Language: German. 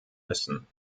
müssen